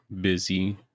busy